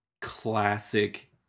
classic